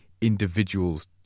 individuals